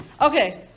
Okay